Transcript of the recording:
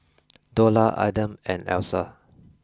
dollar Adam and Alyssa